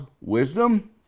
wisdom